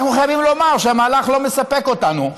אנחנו חייבים לומר שהמהלך לא מספק אותנו,